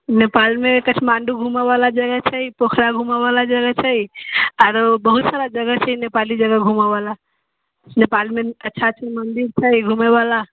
नेपालमे काठमांडू घूमयवला जगह छै पोखरा घूमयवला जगह छै आओर बहुत सारा जगह छै नेपाली जगह घूमयवला नेपालमे अच्छा अच्छा मन्दिर छै घूमयवला